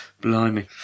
Blimey